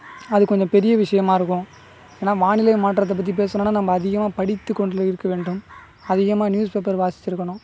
அது கொஞ்சம் பெரிய விஷியமாக இருக்கும் ஏன்னால் வானிலை மாற்றத்ததைப் பற்றி பேசணும்னா நம்ம அதிகமாக படித்துக்கொண்டு இருக்க வேண்டும் அதிகமாக நியூஸ் பேப்பர் வாசிச்சுருக்கணும்